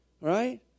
Right